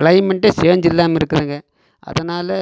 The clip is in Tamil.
கிளைமேட்டே சேஞ்சுல்லாமா இருக்குதுங்க அதனால்